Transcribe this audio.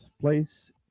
place